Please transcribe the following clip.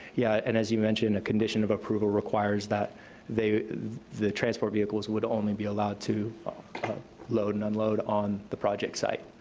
yeah and as you mentioned, a condition of approval requires that the transport vehicles would only be allowed to load and unload on the project site.